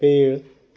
पेड़